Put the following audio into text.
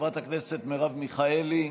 חברת הכנסת מרב מיכאלי,